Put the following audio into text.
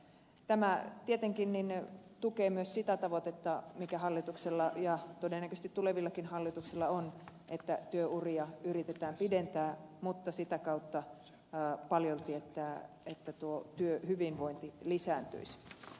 tämä tietenkin tukee myös sitä tavoitetta mikä hallituksella ja todennäköisesti tulevillakin hallituksilla on että työuria yritetään pidentää mutta sitä kautta paljolti että työhyvinvointi lisääntyisi